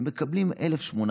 הם מקבלים 1,800,